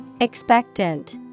Expectant